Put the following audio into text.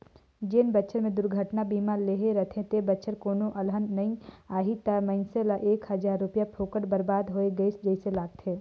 जेन बच्छर मे दुरघटना बीमा लेहे रथे ते बच्छर कोनो अलहन नइ आही त मइनसे ल एक हजार रूपिया फोकट बरबाद होय गइस जइसे लागथें